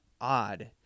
odd